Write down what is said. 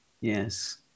Yes